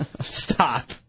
Stop